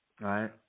right